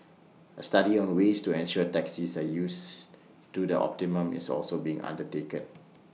A study on the ways to ensure taxis are used to the optimum is also being undertaken